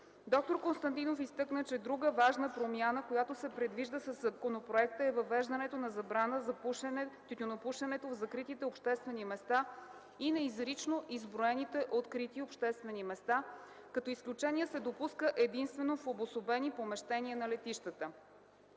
Доктор Константинов изтъкна, че друга важна промяна, която се предвижда със законопроекта, е въвеждането на забраната за тютюнопушенето в закритите обществени места и на изрично изброените открити обществени места, като изключение се допуска единствено в обособени помещения на летищата.